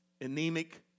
anemic